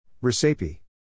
Recipe